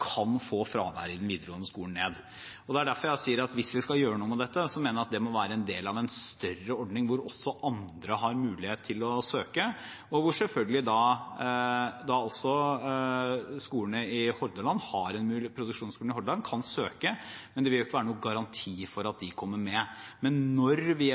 kan få fraværet i den videregående skolen til å gå ned. Det er derfor jeg sier at hvis vi skal gjøre noe med dette, mener jeg det må være en del av en større ordning hvor også andre har mulighet til å søke, og hvor selvfølgelig også produksjonsskolene i Hordaland kan søke, men det vil jo ikke være noen garanti for at de kommer med. Men når vi